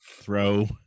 throw